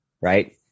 right